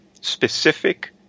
specific